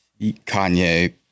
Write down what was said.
Kanye